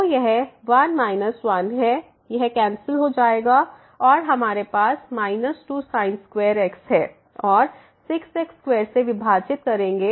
तो यह 1 माइनस 1 है यह कैंसिल हो जाएगा और हमारे पास माइनस 2sin2x है और 6 x2 से विभाजित करेंगे